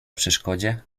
przeszkodzie